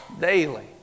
daily